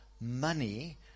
money